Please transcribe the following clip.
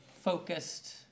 focused